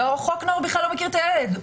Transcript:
וחוק הנוער בכלל לא מכיר את הילד.